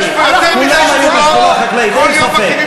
כולם היו בשדולה חקלאית, אין ספק.